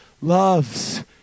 loves